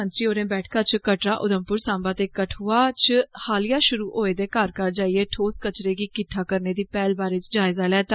मंत्री होरे बैठका च कटड़ा उधमपुर साम्बा ते कठुआ च हालियां शुरु होए दे घर घर जाइये ठोस कचरे गी किट्टा करने दी पैहल बारै जायजा लैता